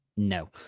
no